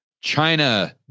china